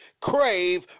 Crave